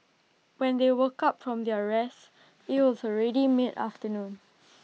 when they woke up from their rest IT was already mid afternoon